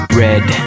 red